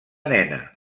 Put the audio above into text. nena